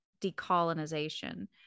decolonization